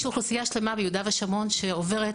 יש ביהודה ושומרון אוכלוסייה שלמה שעוברת,